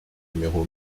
numéro